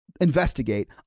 investigate